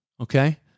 Okay